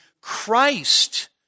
Christ